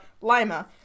Lima